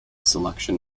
selection